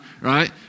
right